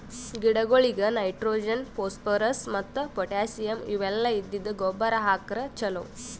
ಗಿಡಗೊಳಿಗ್ nitrogen, phosphorus ಮತ್ತ್ potassium ಇವೆಲ್ಲ ಇದ್ದಿದ್ದ್ ಗೊಬ್ಬರ್ ಹಾಕ್ರ್ ಛಲೋ